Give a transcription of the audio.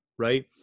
right